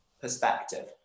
perspective